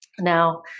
Now